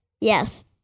Yes